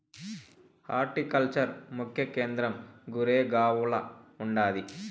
horticulture ముఖ్య కేంద్రం గురేగావ్ల ఉండాది